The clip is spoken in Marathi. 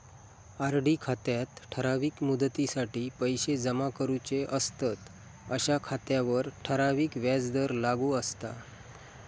आर.डी खात्यात ठराविक मुदतीसाठी पैशे जमा करूचे असतंत अशा खात्यांवर ठराविक व्याजदर लागू असता